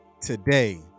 today